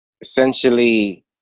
essentially